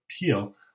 appeal